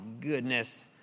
goodness